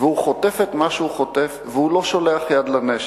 והוא חוטף את מה שהוא חוטף, והוא לא שולח יד לנשק.